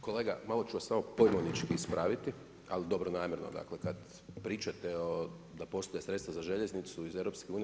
Kolega malo ću vas samo pojmovnički ispraviti, ali dobronamjerno dakle kad pričate da postoje sredstva za željeznicu iz EU.